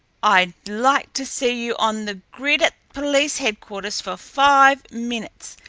i'd like to see you on the grid at police headquarters for five minutes,